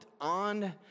on